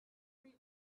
free